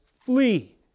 flee